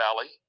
Valley